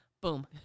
boom